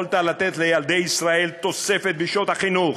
יכולת לתת לילדי ישראל תוספת בשעות החינוך,